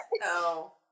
No